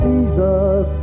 Jesus